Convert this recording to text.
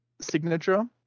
signature